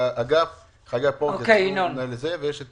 לאחרונה, הם עשו